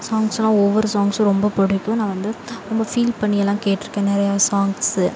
சாங்ஸெலாம் ஒவ்வொரு சாங்ஸும் ரொம்பப் பிடிக்கும் நான் வந்து ரொம்ப ஃபீல் பண்ணியெல்லாம் கேட்டிருக்கேன் நிறையா சாங்ஸு